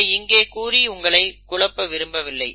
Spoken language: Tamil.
அதை இங்கே கூறி உங்களை குழப்ப விரும்பவில்லை